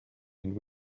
and